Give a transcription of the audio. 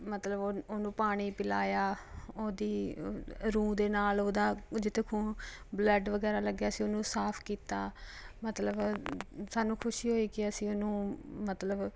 ਮਤਲਬ ਉਹ ਉਹਨੂੰ ਪਾਣੀ ਪਿਲਾਇਆ ਉਹਦੀ ਰੂੰ ਦੇ ਨਾਲ ਉਹਦਾ ਜਿੱਥੇ ਖੂ ਬਲੱਡ ਵਗੈਰਾ ਲੱਗਿਆ ਸੀ ਉਹਨੂੰ ਸਾਫ਼ ਕੀਤਾ ਮਤਲਬ ਸਾਨੂੰ ਖੁਸ਼ੀ ਹੋਈ ਕਿ ਅਸੀਂ ਉਹਨੂੰ ਮਤਲਬ